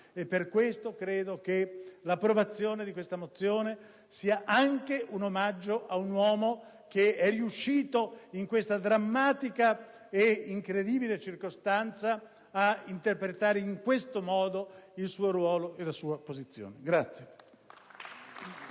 Per questo credo che l'approvazione di questa mozione sia anche un omaggio ad un uomo riuscito, in questa drammatica ed incredibile circostanza, ad interpretare in questo modo il suo ruolo e la sua opposizione.